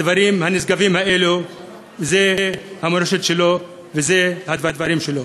הדברים הנשגבים האלה הם המורשת שלו ואלה הדברים שלו.